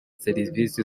serivisi